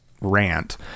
rant